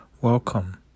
Welcome